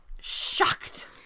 shocked